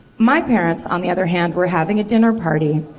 my parents, on the other hand, were having a dinner party.